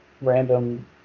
random